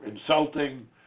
insulting